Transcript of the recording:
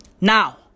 Now